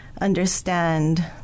understand